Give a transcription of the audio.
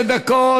שתי דקות,